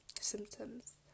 symptoms